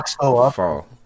fall